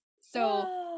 So-